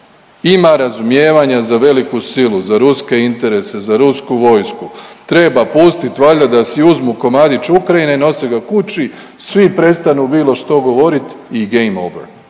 Ima razumijevanja za veliku silu, za ruske interese, za rusku vojsku, treba pustiti valjda da si uzmu komadić Ukrajine i nose ga kući, svi prestanu bilo što govoriti i game over.